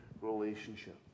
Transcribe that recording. relationship